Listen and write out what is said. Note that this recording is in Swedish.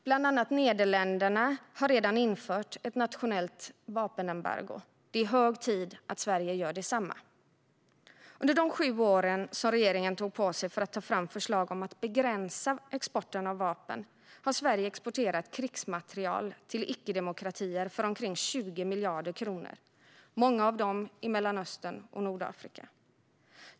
Bland annat Nederländerna har redan infört ett nationellt vapenembargo. Det är hög tid att Sverige gör detsamma. Under de sju år som regeringen tog på sig för att ta fram förslag om att begränsa exporten av vapen har Sverige exporterat krigsmateriel till icke-demokratier, många av dem i Mellanöstern och Nordafrika, för omkring 20 miljarder kronor.